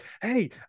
hey